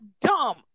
dumb